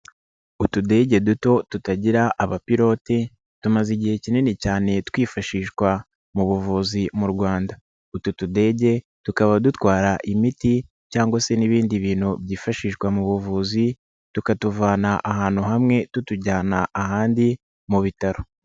Utudege duto tutagira abapilote tumaze igihe kinini cyane twifashishwa mu buvuzi mu Rwanda, utu tudege tukaba dutwara imiti cyangwa se n'ibindi bintu byifashishwa mu buvuzi tukatuvana ahantu hamwe tutujyana ahandi mu bitaro.